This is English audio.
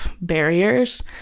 barriers